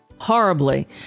horribly